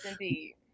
indeed